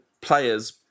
players